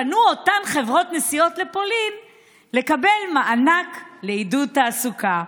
פנו אותן חברות נסיעות לפולין לקבל מענק לעידוד תעסוקה,